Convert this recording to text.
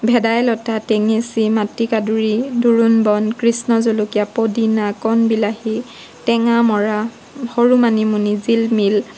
ভেদাইলতা টেঙেচি মাটি কাদুৰি দোৰোণ বন কৃষ্ণ জলকীয়া পদিনা কণ বিলাহী টেঙামৰা সৰু মানিমুনি জিলমিল